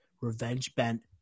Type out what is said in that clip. revenge-bent